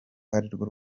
arirwo